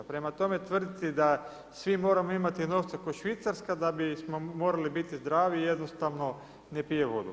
Prema tome, tvrditi da svi moramo imati novce ko Švicarska da bismo morali biti zdravi jednostavno ne pije vodu.